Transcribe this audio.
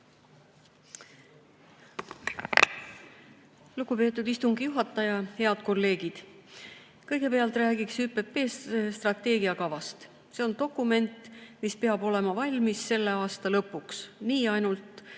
Lugupeetud istungi juhataja! Head kolleegid! Kõigepealt räägiksin ÜPP strateegiakavast, see on dokument, mis peab olema valmis selle aasta lõpuks. Ainult